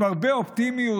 עם הרבה אופטימיות,